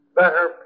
better